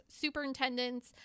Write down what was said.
superintendents